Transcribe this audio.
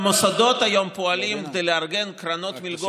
המוסדות היום פועלים כדי לארגן קרנות מלגות